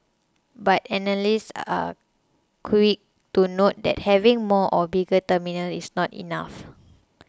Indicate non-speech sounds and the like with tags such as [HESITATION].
but analysts [HESITATION] are quick to note that having more or bigger terminals is not enough